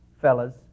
fellas